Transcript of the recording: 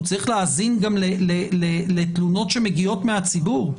הוא צריך להאזין גם לתלונות שמגיעות מהציבור.